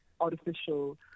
artificial